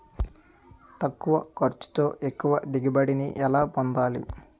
తక్కువ ఖర్చుతో ఎక్కువ దిగుబడి ని ఎలా పొందాలీ?